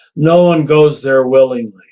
no one goes there willingly